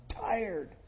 tired